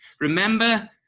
Remember